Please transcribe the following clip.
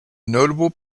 notable